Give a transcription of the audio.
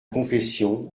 confession